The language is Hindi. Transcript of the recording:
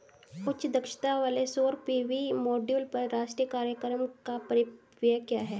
उच्च दक्षता वाले सौर पी.वी मॉड्यूल पर राष्ट्रीय कार्यक्रम का परिव्यय क्या है?